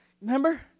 Remember